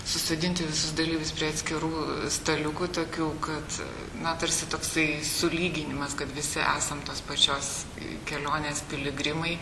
susodinti visus dalyvius prie atskirų staliukų tokių kad na tarsi toksai sulyginimas kad visi esam tos pačios kelionės piligrimai